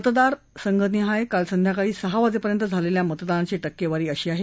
मतदार संघनिहाय काल संध्याकाळी सहा वाजेपर्यंत झालेल्या मतदानाची टक्केवारी अशी आहे